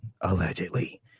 allegedly